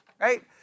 right